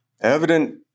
evident